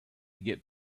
get